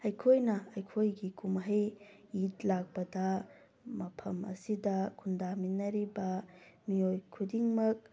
ꯑꯩꯈꯣꯏꯅ ꯑꯩꯈꯣꯏꯒꯤ ꯀꯨꯝꯍꯩ ꯂꯥꯛꯄꯗ ꯃꯐꯝ ꯑꯁꯤꯗ ꯈꯨꯟꯗꯥꯃꯤꯟꯅꯔꯤꯕ ꯃꯤꯑꯣꯏ ꯈꯨꯗꯤꯡꯃꯛ